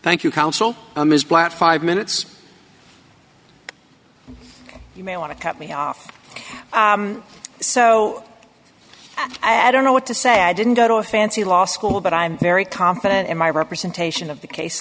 thank you counsel ms blatt five minutes you may want to cut me off so i don't know what to say i didn't go to a fancy law school but i'm very confident in my representation of the case